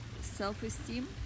Self-esteem